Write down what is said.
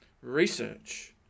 Research